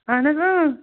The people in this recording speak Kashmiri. اَہَن حظ اۭں